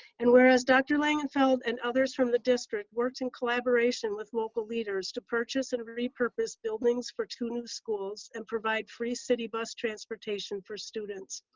and whereas dr. langenfeld and others from the district worked in collaboration with local leaders to purchase and repurpose buildings for two new schools and provide free city bus transportation for students,